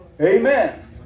Amen